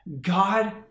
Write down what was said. God